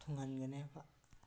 ꯊꯨꯡꯍꯟꯒꯅꯦꯕ